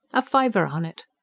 a fiver on it!